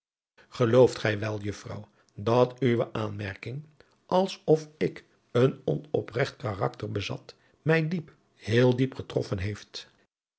gelooft gij wel juffrouw dat uwe aanmerking als of ik een onopregt karakter bezat mij diep heel diep getroffen heeft